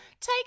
take